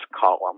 column